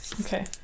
okay